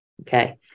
okay